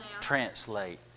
translate